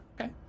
Okay